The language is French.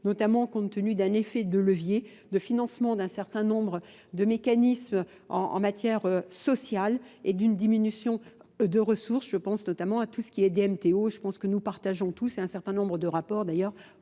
notamment compte tenu d'un effet de levier, de financement d'un certain nombre de mécanismes en matière sociale et d'une diminution de ressources. Je pense notamment à tout ce qui est des MTO. Je pense que nous partageons tous et à un certain nombre de rapports d'ailleurs.